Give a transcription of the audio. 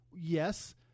Yes